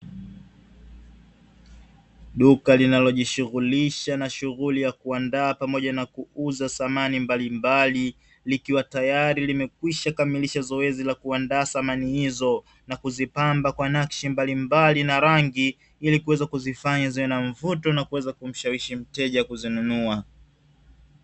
Duka linalojishughulisha na shughuli ya kuandaa pamoja na kuuza samani mbalimbali, likiwa tayari limekwisha kamilisha zoezi la kuandaa samani hizo. Na kuzipamba kwa nakshi mbalimbali na rangi, ili kuweza kuzifanya ziwe na mvuto na kuweza kumshawishi mteja kuzinunua.